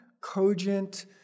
cogent